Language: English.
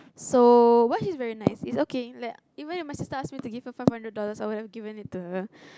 so but he's very nice it's okay like even if my sister ask me to give her five hundred dollars I would have given it to her